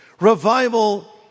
Revival